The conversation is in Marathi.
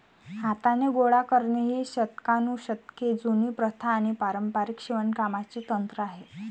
हाताने गोळा करणे ही शतकानुशतके जुनी प्रथा आणि पारंपारिक शिवणकामाचे तंत्र आहे